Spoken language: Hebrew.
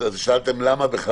שאלתם למה?